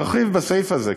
תרחיב בסעיף הזה קצת.